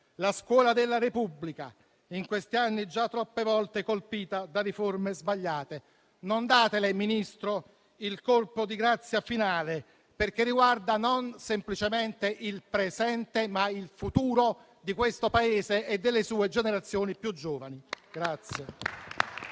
La scuola della Repubblica in questi anni è stata già troppe volte colpita da riforme sbagliate; non datele il colpo di grazia finale, Ministro, perché non riguarda semplicemente il presente, ma il futuro di questo Paese e delle sue generazioni più giovani.